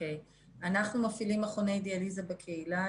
מפעילים מכוני דיאליזה בקהילה,